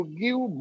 give